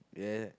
yeah